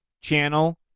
channel